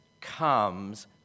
comes